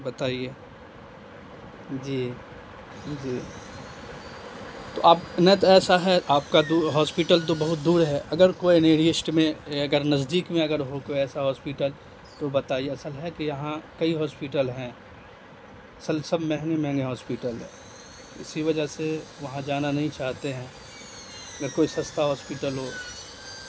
بتائیے جی جی تو آپ نہ تو ایسا ہے آپ کاہاسپیٹل تو بہت دور ہے اگر کوئی نئریسٹ میں اگر نزدیک میں اگر ہو کوئی ایسا ہاسپیٹل تو بتائیے اصل ہے کہ یہاں کئی ہاسپیٹل ہیں اصل سب مہنگے مہنگےہاسپیٹل ہے اسی وجہ سے وہاں جانا نہیں چاہتے ہیں اگر کوئی سستا ہاسپیٹل ہو